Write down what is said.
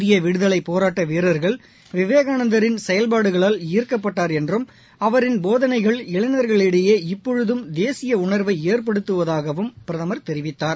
இந்திய விடுதலைப் போராட்ட வீரர்கள் விவேகானந்தரின் கோட்பாடுகளால் ஈர்க்கப்பட்டார் என்றும் அவரின் போதனைகள் இளைஞர்களிடையே இப்பொழுதம் தேசிய உணர்வை ஏற்படுத்துவதாகவும் பிரதமர் தெரிவித்தார்